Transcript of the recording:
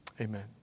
amen